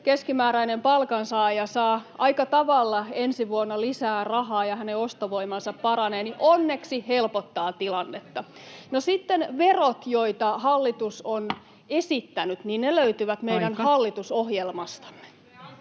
keskimääräinen palkansaaja saa aika tavalla ensi vuonna lisää rahaa ja hänen ostovoimansa paranee, onneksi helpottaa tilannetta. No sitten verot, joita hallitus on esittänyt, löytyvät meidän hallitusohjelmastamme.